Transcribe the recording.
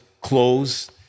clothes